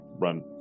run